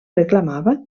reclamava